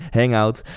hangout